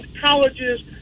colleges